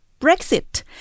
Brexit